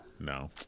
no